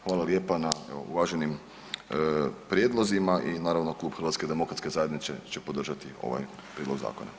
Hvala lijepo na uvaženim prijedlozima i naravno klub HDZ-a podržat će ovaj prijedlog zakona.